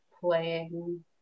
playing